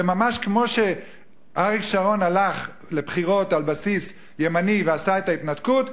זה ממש כמו שאריק שרון הלך לבחירות על בסיס ימני ועשה את ההתנתקות,